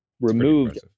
removed